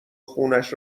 خونش